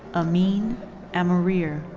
amine amarir.